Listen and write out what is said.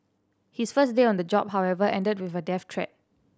his first day on the job however ended with a death threat